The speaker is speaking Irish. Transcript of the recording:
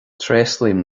tréaslaím